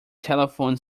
telephone